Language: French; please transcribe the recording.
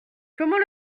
comment